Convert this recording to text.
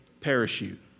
parachute